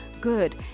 good